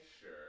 Sure